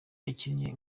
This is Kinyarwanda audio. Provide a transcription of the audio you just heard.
yakinnye